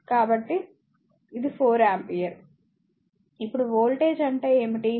కాబట్టి ఇది 4 ఆంపియర్ ఇప్పుడు వోల్టేజ్ అంటే ఏమిటి